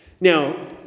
Now